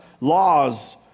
laws